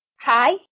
Hi